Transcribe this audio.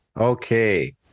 okay